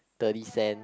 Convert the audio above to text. thirty cent